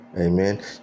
amen